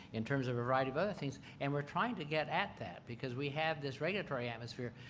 in terms of a variety of other things, and we're trying to get at that because we have this regulatory atmosphere.